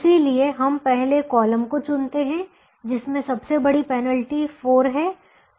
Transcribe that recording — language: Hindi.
इसलिए हम पहले कॉलम को चुनते हैं जिसमें सबसे बड़ी पेनल्टी 4 है